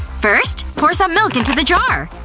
first, pour some milk into the jar.